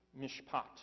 mishpat